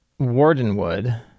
Wardenwood